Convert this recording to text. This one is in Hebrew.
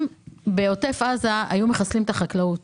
אם בעוטף עזה היו מחסלים את החקלאות